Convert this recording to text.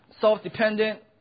self-dependent